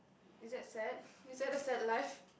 is that sad is that a sad life